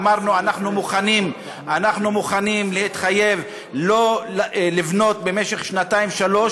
אמרנו: אנחנו מוכנים להתחייב לא לבנות במשך שנתיים-שלוש